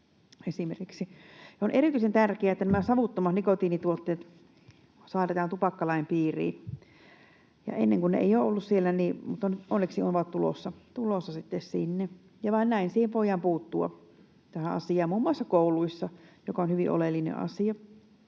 On erityisen tärkeää, että nämä savuttomat nikotiinituotteet saatetaan tupakkalain piiriin, kun ne ennen eivät olleet siellä, mutta onneksi ovat tulossa sitten sinne, ja vain näin siihen asiaan voidaan puuttua muun muassa kouluissa, joka on hyvin oleellinen asia.